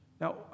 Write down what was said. Now